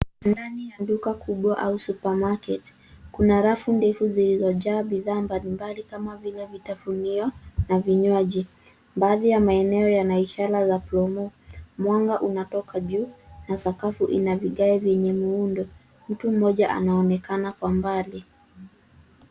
Ndani ya suka kubwa au supermarket , kuna rafu ndefu zilizojaa bidhaa mbalimbali kama vile vitafunio na vinywaji. Baadhi ya maeneo yana ishara za promo . Mwanga unatoka juu na sakafu ina vigae vyenye muundo. Mtu mmoja anaonekana kwa mbali.